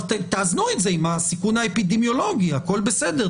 תאזנו את זה עם הסיכון האפידמיולוגי, הכול בסדר.